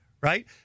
right